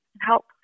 help